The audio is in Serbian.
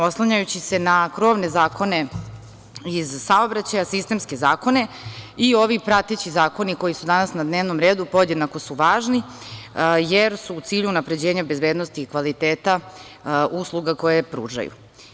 Oslanjajući se na krovne zakone iz saobraćaja, sistemske zakone i ovi prateći zakoni, koji su danas na dnevnom redu, podjednako su važni, jer su u cilju unapređenja bezbednosti kvaliteta usluga koje pružaju.